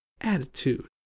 Attitude